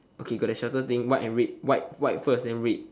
okay got that circle thing white and red white white first then red